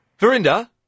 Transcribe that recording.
Verinda